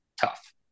Tough